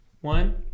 One